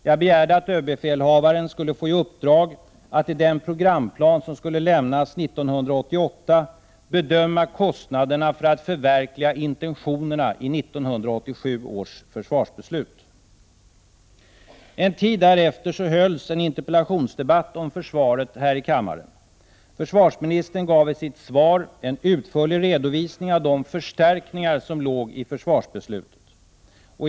Jag begärde att överbefälhavaren skulle få i uppdrag att i den programplan som skulle lämnas 1988 bedöma kostnaderna för att förverkliga intentionerna i 1987 års försvarsbeslut. En tid därefter hölls en interpellationsdebatt om försvaret här i kammaren. Försvarsministern gav i sitt svar en utförlig redovisning av de förstärkningar som låg i försvarsbeslutet.